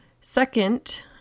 Second